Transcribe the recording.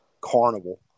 carnival